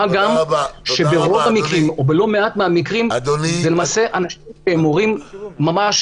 מה גם שברוב המקרים או בלא מעט מהמקרים למעשה הם הורים ממש,